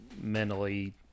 mentally